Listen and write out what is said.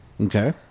Okay